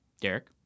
Derek